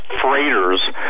freighters